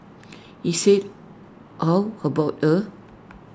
he said how about her